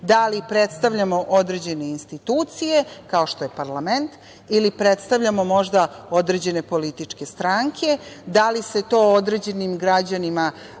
da li predstavljamo određene institucije kao što je parlament ili predstavljamo možda određene političke stranke, da li se to određenim građanima